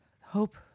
Hope